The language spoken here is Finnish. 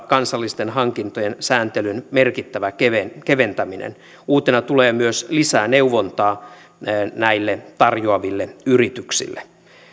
kansallisten hankintojen sääntelyn merkittävä keventäminen uutena tulee myös lisää neuvontaa näille tarjoaville yrityksille